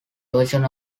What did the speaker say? version